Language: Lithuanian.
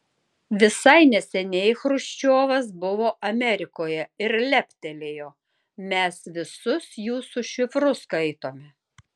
visai neseniai chruščiovas buvo amerikoje ir leptelėjo mes visus jūsų šifrus skaitome